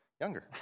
younger